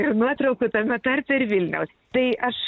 ir nuotraukų tame tarpe ir vilniaus tai aš